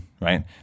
right